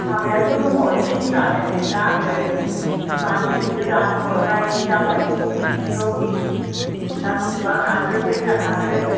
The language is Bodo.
हाबायाथ' दङ एसे दिनानो दा आङो माने नोंनो दानो हरनाय जाबाय जिखौ दा बेसेबां हाखो कैखान हाखो